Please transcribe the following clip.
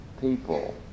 people